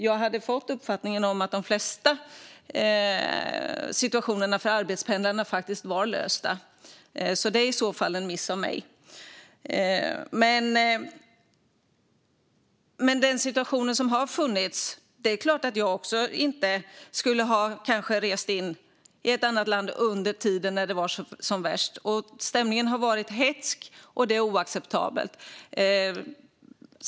Jag hade fått uppfattningen att de flesta av problemen för arbetspendlarna var lösta. Det är i så fall en miss av mig. När det gäller den situation som har funnits är det klart att jag kanske inte heller skulle ha rest in i ett land under tiden när det var som värst. Stämningen har varit hätsk, och det är oacceptabelt.